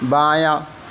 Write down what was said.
بایاں